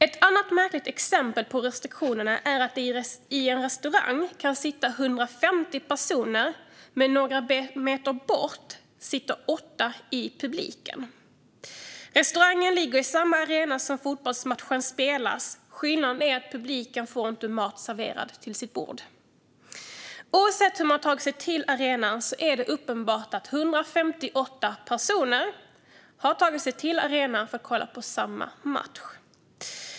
Ett annat märkligt exempel på restriktionerna är att det på en restaurang kan sitta 150 personer, men några meter bort får det sitta 8 personer i publiken. Restaurangen ligger i den arena där fotbollsmatchen spelas. Skillnaden är att publiken inte får mat serverad vid sitt bord. Oavsett hur man tar sig till arenan är det uppenbart att 158 personer har tagit sig till arenan för att kolla på samma match.